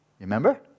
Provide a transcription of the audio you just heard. remember